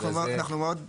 אנחנו מאוד,